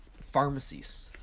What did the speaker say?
pharmacies